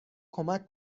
کمک